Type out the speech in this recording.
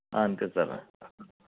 అంతే సార్